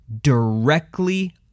directly